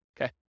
okay